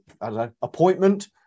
appointment